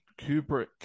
Kubrick